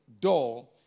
door